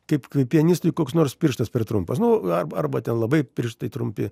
kaip pianistui koks nors pirštas per trumpas nu ar arba ten labai pirštai trumpi